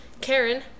Karen